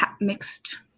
mixed